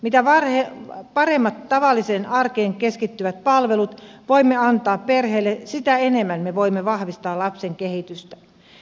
mitä paremmat tavalliseen arkeen keskittyvät palvelut voimme antaa perheelle sitä enemmän me voimme vahvistaa lapsen kehitystä